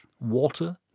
Water